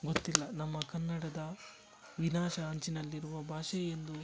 ಗೊತ್ತಿಲ್ಲ ನಮ್ಮ ಕನ್ನಡದ ವಿನಾಶ ಅಂಚಿನಲ್ಲಿರುವ ಭಾಷೆ ಎಂದು